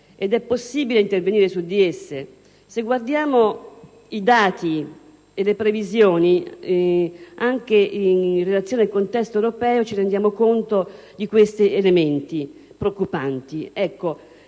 È possibile intervenire su di esse? Se guardiamo i dati e le previsioni, anche in relazione al contesto europeo, ci rendiamo conto degli elementi preoccupanti.